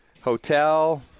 Hotel